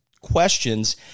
questions